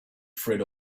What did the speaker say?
fred